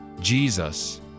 Jesus